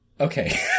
Okay